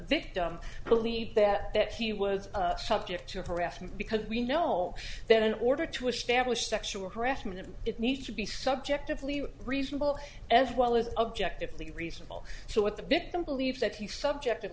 victim believed that that he was subject to harassment because we know that in order to establish sexual harassment it needs to be subjectively reasonable as well as objectively reasonable so what the victim believes that he subjective